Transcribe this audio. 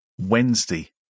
Wednesday